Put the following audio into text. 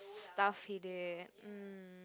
stuff he did mm